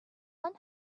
one